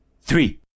Three